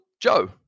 Joe